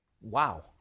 Wow